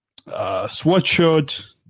sweatshirt